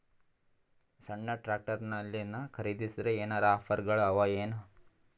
ಸಣ್ಣ ಟ್ರ್ಯಾಕ್ಟರ್ನಲ್ಲಿನ ಖರದಿಸಿದರ ಏನರ ಆಫರ್ ಗಳು ಅವಾಯೇನು?